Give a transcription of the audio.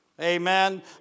Amen